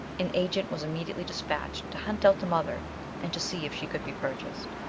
an agent was immediately despatched to hunt out the mother and to see if she could be purchased.